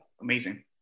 Amazing